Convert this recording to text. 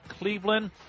cleveland